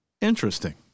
Interesting